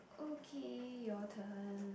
okay your turn